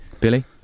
Billy